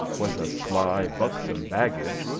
was a sly, buxom baggage,